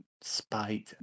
spite